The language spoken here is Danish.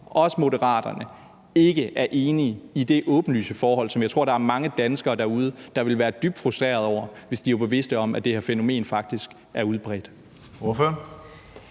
også Moderaterne ikke er enige i, at der er det åbenlyse forhold, som jeg tror at der er mange danskere derude der ville være dybt frustrerede over, hvis de var bevidste om, at det her fænomen faktisk er udbredt.